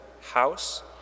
House